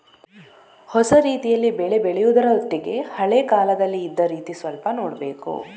ಹೊಸ ರೀತಿಯಲ್ಲಿ ಬೆಳೆ ಬೆಳೆಯುದ್ರ ಒಟ್ಟಿಗೆ ಹಳೆ ಕಾಲದಲ್ಲಿ ಇದ್ದ ರೀತಿ ಸ್ವಲ್ಪ ನೋಡ್ಬೇಕು